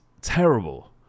terrible